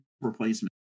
replacement